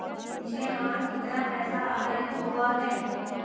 पिछले माह कितना पैसा आहरित हुआ है?